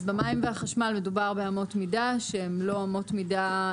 אז במים והחשמל מדובר באמות מידה שהן לא אמות מידה,